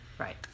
Right